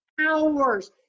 hours